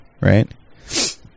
right